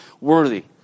worthy